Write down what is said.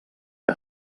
que